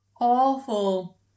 awful